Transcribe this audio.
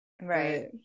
Right